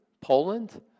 Poland